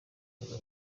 kuza